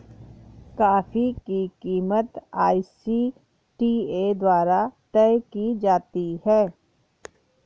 coffee की कीमत ICTA द्वारा तय की जाती है